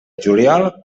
juliol